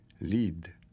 lead